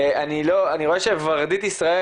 אני רואה שהם משתמשים בחומרים האלה,